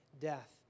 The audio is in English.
death